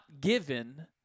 given